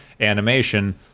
animation